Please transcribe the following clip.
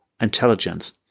intelligence